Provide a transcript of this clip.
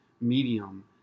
medium